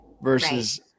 versus